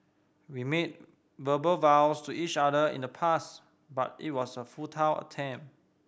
we made verbal vows to each other in the past but it was a futile attempt